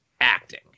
acting